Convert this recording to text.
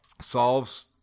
solves